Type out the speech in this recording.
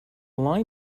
lie